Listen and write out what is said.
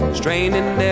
straining